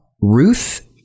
Ruth